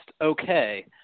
okay